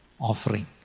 offering